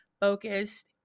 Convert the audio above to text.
focused